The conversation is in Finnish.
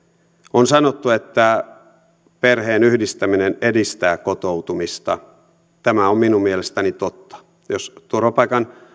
on sanottu että perheenyhdistäminen edistää kotoutumista tämä on minun mielestäni totta jos turvapaikan